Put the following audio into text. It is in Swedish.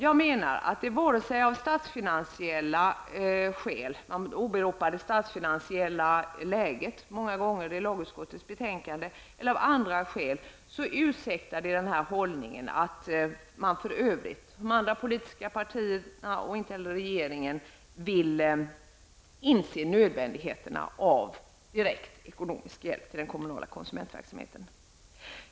Jag menar att vare sig statsfinansiella skäl -- man åberopar det statsfinansiella läget många gånger i lagutskottets betänkande -- eller andra skäl ursäktar den hållning som andra politiska partier och regeringen intar när de inte vill inse nödvändigheten av direkt ekonomisk hjälp till den kommunala konsumentverksamheten.